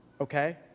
okay